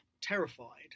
terrified